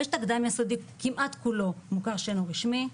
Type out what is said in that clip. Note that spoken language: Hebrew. הקדם יסודי, כמעט כולו מוכר שאני רשמי.